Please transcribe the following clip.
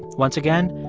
once again,